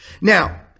Now